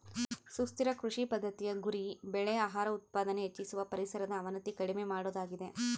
ಸುಸ್ಥಿರ ಕೃಷಿ ಪದ್ದತಿಯ ಗುರಿ ಬೆಳೆ ಆಹಾರದ ಉತ್ಪಾದನೆ ಹೆಚ್ಚಿಸುವಾಗ ಪರಿಸರದ ಅವನತಿ ಕಡಿಮೆ ಮಾಡೋದಾಗಿದೆ